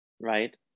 right